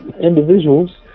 individuals